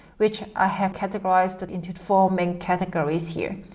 which i have categorized it into four main categories here.